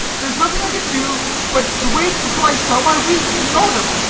there is nothing i can do but to wait until i sell my wheat in the autumn.